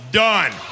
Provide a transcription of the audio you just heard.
done